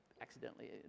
accidentally